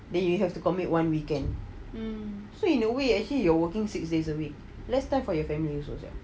then you have to commit one weekend so so in a way actually you are working six days a week less time for your family also sia